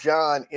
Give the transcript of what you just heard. John